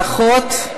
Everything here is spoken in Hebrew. ברכות.